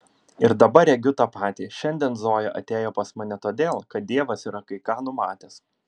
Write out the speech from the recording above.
ir dabar regiu tą patį šiandien zoja atėjo pas mane todėl kad dievas yra kai ką numatęs